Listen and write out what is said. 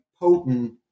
potent